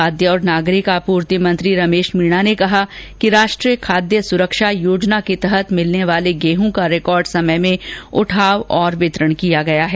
खाद्य और नागरिक आपूर्ति मंत्री रमेश मीणा ने कहा कि राष्ट्रीय खाद्य सुरक्षा योजना के तहत मिलने वाले गेहूं का रिकॉर्ड समय में उठाव और वितरण किया गया है